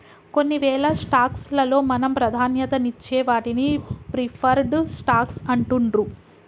కొన్నివేల స్టాక్స్ లలో మనం ప్రాధాన్యతనిచ్చే వాటిని ప్రిఫర్డ్ స్టాక్స్ అంటుండ్రు